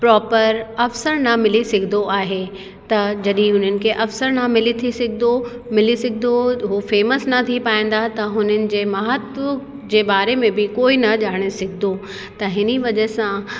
proper अवसर न मिली सघंदो आहे त जॾहिं हुननि खे अवसर न मिली थी सघंदो मिली सघंदो हू फ़ेमस न थी पाईंदा त हुननि जे महत्व जे बारे में बि कोई न ॼाणे सघंदो त हिनी वजह सां